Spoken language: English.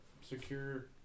secure